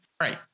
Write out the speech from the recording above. Right